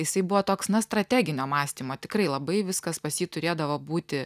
jisai buvo toks na strateginio mąstymo tikrai labai viskas pas jį turėdavo būti